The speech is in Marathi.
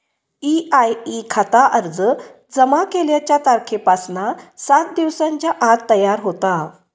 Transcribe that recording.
ई.आय.ई खाता अर्ज जमा केल्याच्या तारखेपासना सात दिवसांच्या आत तयार होता